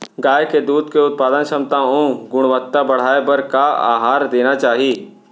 गाय के दूध के उत्पादन क्षमता अऊ गुणवत्ता बढ़ाये बर का आहार देना चाही?